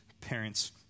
parents